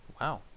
Wow